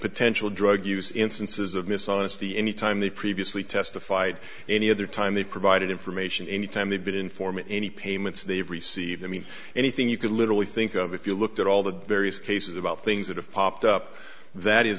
potential drug use instances of miss honesty any time they previously testified any other time they provided information any time they've been informant any payments they've received i mean anything you could literally think of if you looked at all the various cases about things that have popped up that is